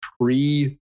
pre